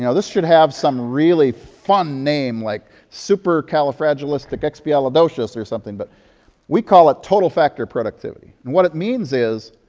you know this should have some really fun name like supercalifragilisticexpialidocious, or something, but we call it total factor productivity. and what it means is,